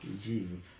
Jesus